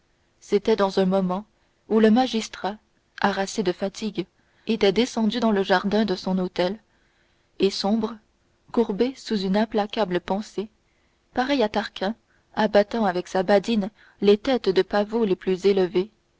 c'était dans un moment où le magistrat harassé de fatigue était descendu dans le jardin de son hôtel et sombre courbé sous une implacable pensée pareil à tarquin abattant avec sa badine les têtes des pavots les plus élevés